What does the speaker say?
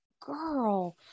girl